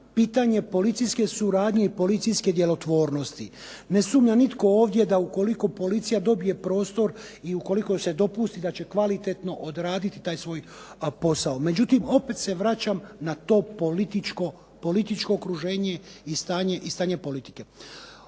pitanje policijske suradnje i policijske djelotvornosti. Ne sumnja nitko ovdje da ukoliko policija dobije prostor i ukoliko se dopusti da će kvalitetno odraditi taj svoj posao. No međutim, opet se vraćam na to političko okruženje i stanje politike.